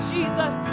Jesus